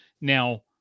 Now